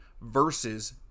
versus